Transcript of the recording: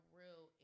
real